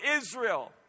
Israel